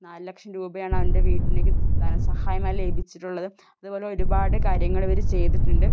നാല് ലക്ഷം രൂപയാണ് അവന്റെ വീട്ടിലേക്ക് ധനസഹായമായി ലഭിച്ചിട്ടുള്ളത് അതുപോലെ ഒരുപാട് കാര്യങ്ങൾ ഇവർ ചെയ്തിട്ടുണ്ട്